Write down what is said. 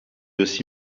aussi